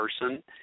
person